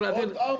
אמר